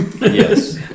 yes